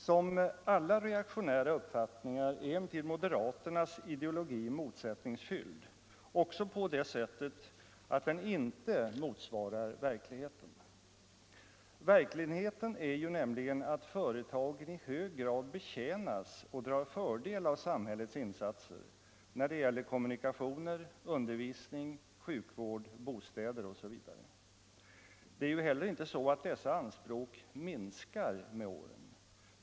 Som alla reaktionära uppfattningar är emellertid moderaternas ideologi motsättningsfylld, också på det sättet att den inte motsvarar verkligheten. Verkligheten är nämligen att företagen i högre grad betjänas och drar fördel av samhällets insatser när det gäller kommunikationer, undervisning, sjukvård, bostäder osv. Det är ju heller inte så att dessa anspråk minskar med åren.